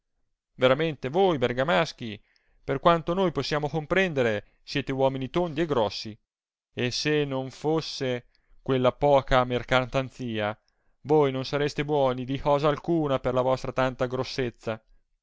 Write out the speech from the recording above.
veramente voi bergamaschi per quanto noi possiamo comprendere siete uomini tondi e grossi e se non fosse quella poca mercatanzia voi non sareste buoni di cosa alcuna per la vostra tanta grossezza